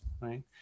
right